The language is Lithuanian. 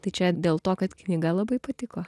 tai čia dėl to kad knyga labai patiko